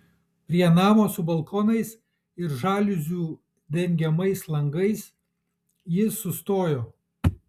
prie namo su balkonais ir žaliuzių dengiamais langais jis sustojo